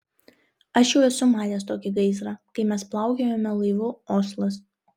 aš jau esu matęs tokį gaisrą kai mes plaukiojome laivu oslas